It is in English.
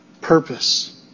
purpose